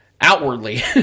Outwardly